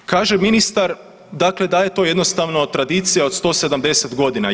Kaže ministar dakle da je to jednostavno tradicija od 170 godina.